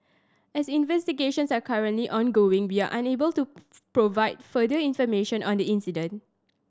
as investigations are currently ongoing we are unable to provide further information on the incident